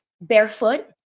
barefoot